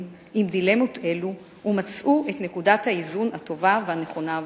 עם דילמות אלו ומצאו את נקודת האיזון הטובה והנכונה עבורם.